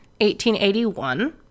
1881